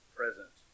present